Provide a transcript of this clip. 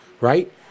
right